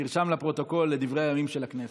נרשם לפרוטוקול, לדברי הימים של הכנסת.